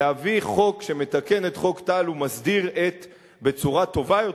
להביא חוק שמתקן את חוק טל ומסדיר בצורה טובה יותר,